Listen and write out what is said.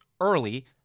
early